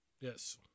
Yes